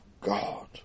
God